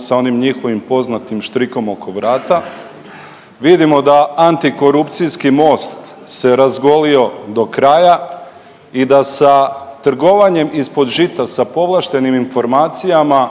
sa onim njihovim poznatim štrikom oko vrata. Vidimo da antikorupcijski Most se razgolio do kraja i da sa trgovanjem ispod žita sa povlaštenim informacijama